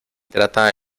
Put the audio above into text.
trata